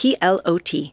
PLOT